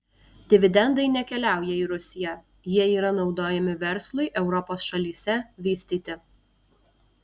dividendai nekeliauja į rusiją jie yra naudojami verslui europos šalyse vystyti